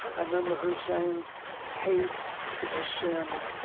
i remember her saying hate is a sin.